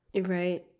right